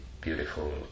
beautiful